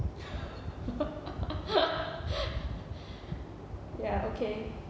ya okay